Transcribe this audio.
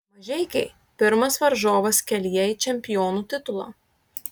mažeikiai pirmas varžovas kelyje į čempionų titulą